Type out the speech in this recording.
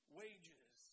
wages